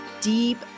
deep